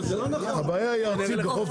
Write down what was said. הבעיה היא בים